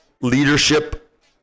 leadership